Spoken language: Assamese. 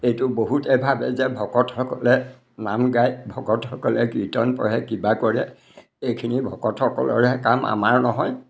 এইটো বহুতে ভাবে যে ভকতসকলে নাম গায় ভকতসকলে কীৰ্তন পঢ়ে কিবা কৰে এইখিনি ভকতসকলৰহে কাম আমাৰ নহয়